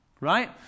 Right